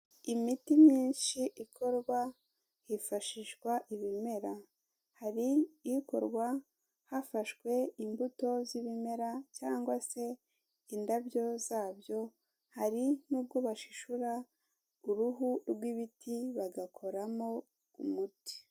Imiti myinshi ikorwa hifashishwa ibimera. Hari ikorwa, hafashwe imbuto z'ibimera cyangwa se indabyo zabyo, hari n'ubwo bashishura uruhu rw'ibiti bagakoramo umuti.